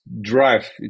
drive